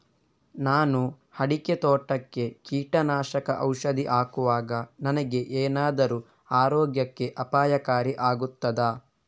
ನಾನು ಅಡಿಕೆ ತೋಟಕ್ಕೆ ಕೀಟನಾಶಕ ಔಷಧಿ ಹಾಕುವಾಗ ನನಗೆ ಏನಾದರೂ ಆರೋಗ್ಯಕ್ಕೆ ಅಪಾಯಕಾರಿ ಆಗುತ್ತದಾ?